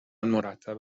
مرتب